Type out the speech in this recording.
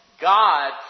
God